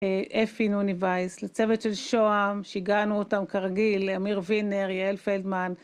אפי נוני וייס, לצוות של שוהם שהגענו אותם כרגיל, לאמיר ווינר, יעל פלדמן